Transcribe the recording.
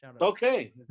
okay